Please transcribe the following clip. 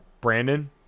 Brandon